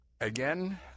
again